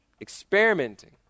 experimenting